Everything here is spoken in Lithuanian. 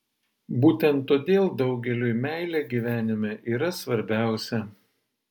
būtent todėl daugeliui meilė gyvenime yra svarbiausia